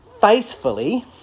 faithfully